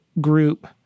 group